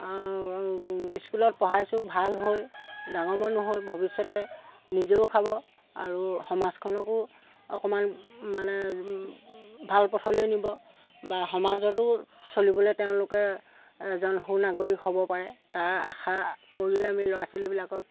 স্কুলত পঢ়াইছোঁ ভাল হৈ ডাঙৰ মানুহ হৈ ভৱিষ্যতে নিজেও খাব আৰু সমাজখনকো অকণমান মানে ভাল পথলৈ নিব বা সমাজতো চলিবলৈ তেওঁলোকে এজন সু নাগৰিক হ'ব পাৰে তাৰ আশা কৰিয়ে আমি ল'ৰা ছোৱালীবিলাকক